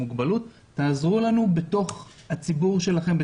תעזרו לנו בתוך הציבור שלכם.